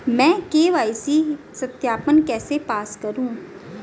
मैं के.वाई.सी सत्यापन कैसे पास करूँ?